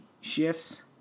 shifts